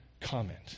comment